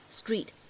street 。